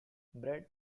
bread